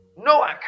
Noah